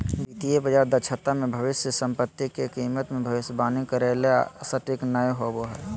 वित्तीय बाजार दक्षता मे भविष्य सम्पत्ति के कीमत मे भविष्यवाणी करे ला सटीक नय होवो हय